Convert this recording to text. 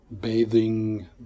Bathing